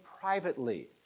privately